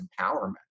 empowerment